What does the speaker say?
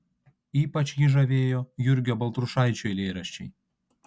ypač jį žavėjo jurgio baltrušaičio eilėraščiai